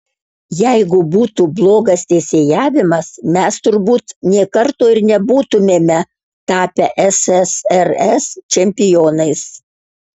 jeigu būtų blogas teisėjavimas mes turbūt nė karto ir nebūtumėme tapę ssrs čempionais